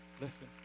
Listen